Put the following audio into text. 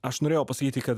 aš norėjau pasakyti kad